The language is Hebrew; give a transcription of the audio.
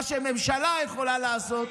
מה שממשלה יכולה לעשות,